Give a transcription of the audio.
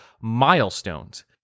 milestones